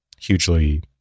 hugely